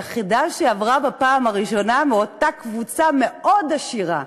היא היחידה שעברה בפעם הראשונה מאותה קבוצה מאוד עשירה,